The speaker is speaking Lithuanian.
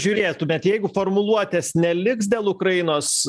žiūrėtų bet jeigu formuluotės neliks dėl ukrainos